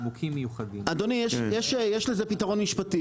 פתרון משפטי